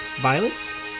violence